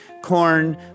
corn